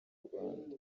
rwanda